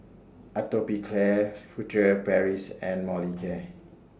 Atopiclair Furtere Paris and Molicare